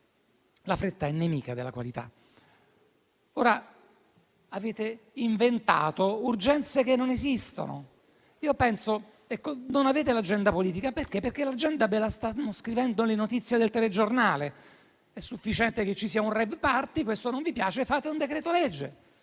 La fretta è nemica della qualità. Avete inventato urgenze che non esistono. Non avete un'agenda politica, perché l'agenda ve la stanno scrivendo le notizie del telegiornale. È sufficiente che ci sia un *rave party*, questo non vi piace e fate un decreto-legge.